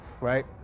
Right